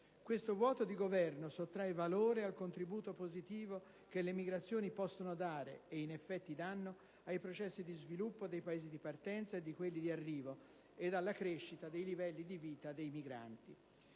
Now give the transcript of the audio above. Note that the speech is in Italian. Questo vuoto di governo sottrae valore al contributo positivo che le migrazioni possono dare, e in effetti danno, ai processi di sviluppo dei Paesi di partenza e di quelli di arrivo, ed alla crescita dei livelli di vita dei migranti.